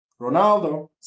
Ronaldo